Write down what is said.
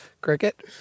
Cricket